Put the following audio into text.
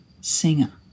singer